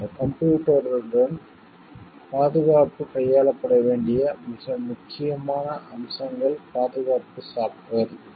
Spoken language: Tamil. இந்த கம்ப்யூட்டர் உடன் பாதுகாப்பு கையாளப்பட வேண்டிய மிக முக்கியமான அம்சங்கள் பாதுகாப்பு சாப்ட்வேர் இவை